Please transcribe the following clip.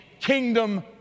kingdom